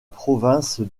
province